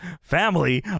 family